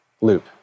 loop